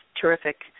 terrific